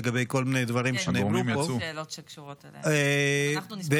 כמו כן, הצעות חוק שמספרן פ/2806/25,